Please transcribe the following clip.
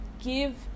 give